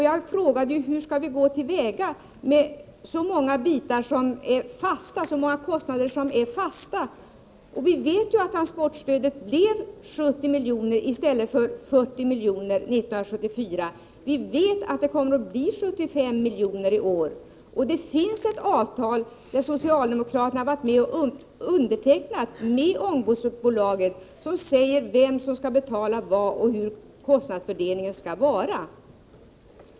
Jag frågade hur vi skall gå till väga när så många kostnader är fasta. Vi vet att transportstödet blev 70 miljoner i stället för 40 miljoner 1974. Vi vet att det kommer att bli 75 miljoner i år. Det finns ett avtal, som socialdemokraterna har varit med om att underteckna, med ångbåtsbolaget där det sägs vem som skall betala vad och hur kostnadsfördelningen skall vara.